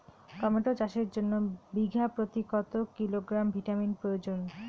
Tomato চাষের জন্য বিঘা প্রতি কত গ্রাম ভিটামিন প্রয়োজন?